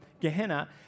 Gehenna